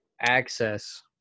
access